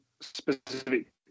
specific